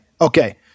okay